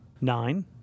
Nine